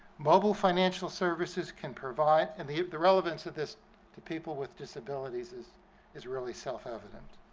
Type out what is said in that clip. mobile financial services can provide and the the relevance of this to people with disabilities is is really self-evident.